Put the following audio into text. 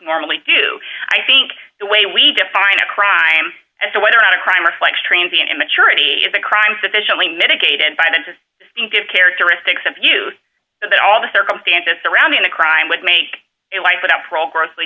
normally do i think the way we define a crap i am as to whether or not a crime reflects transient immaturity is a crime sufficiently mitigated by the just give characteristics of you that all the circumstances surrounding the crime would make it life without parole grossly